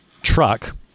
truck